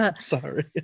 Sorry